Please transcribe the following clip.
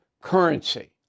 currency